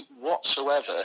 whatsoever